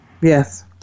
Yes